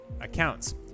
accounts